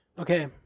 Okay